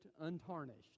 untarnished